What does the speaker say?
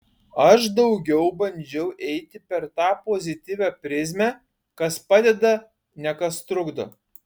aš daugiau bandžiau eiti per tą pozityvią prizmę kas padeda ne kas trukdo